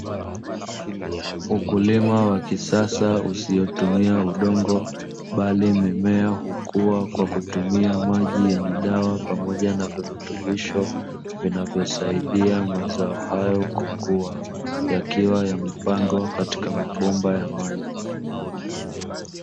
Ukulima wa kisasa usiotumia udongo bali mimea hukua kwa kutumia maji yenye dawa pamoja na virutubisho vinavyosaidia mazao hayo kukua. Yakiwa yamepandwa katika mabomba ya maji.